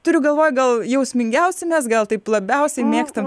turiu galvoj gal jausmingiausi mes gal taip labiausiai mėgstam